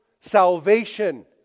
salvation